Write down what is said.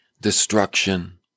destruction